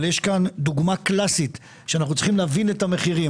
אבל אנחנו צריכים להבין את המחירים.